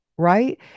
Right